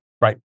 Right